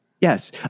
yes